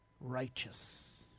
righteous